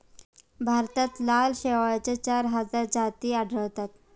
भारतात लाल शेवाळाच्या चार हजार जाती आढळतात